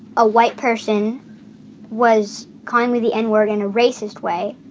a white person was calling me the n word in a racist way,